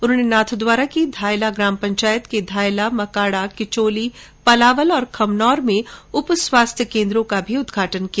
उन्होंने नाथद्वारा की धायला ग्राम पंचायत के धायला मकाडा किचोली पलावल और खमनोर में उप स्वास्थ्य केन्द्रों का उदघाटन किया